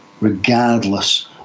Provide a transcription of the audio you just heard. regardless